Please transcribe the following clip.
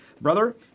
Brother